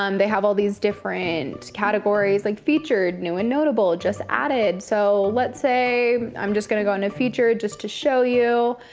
um they have all these different and categories, like featured, new and notable, just added. so let's say i'm just gonna go into featured just to show you,